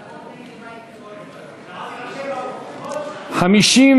הודעת הממשלה על שינויים בחלוקת התפקידים בממשלה נתקבלה.